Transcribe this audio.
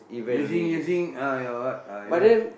using using uh your what uh electric